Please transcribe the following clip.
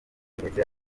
ndetse